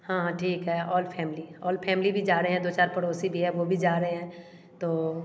हाँ हाँ ठीक है और फैमिली और फैमिली भी जा रहे हैं दो चार पड़ोसी भी हैं वो भी जा रहे हैं तो